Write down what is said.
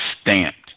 stamped